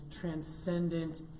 transcendent